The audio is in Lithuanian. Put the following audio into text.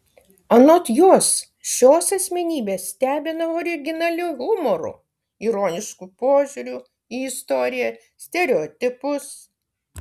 anot jos šios asmenybės stebina originaliu humoru ironišku požiūriu į istoriją stereotipus